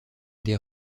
des